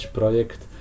projekt